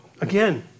Again